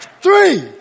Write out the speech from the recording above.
three